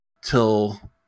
till